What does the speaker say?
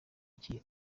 iki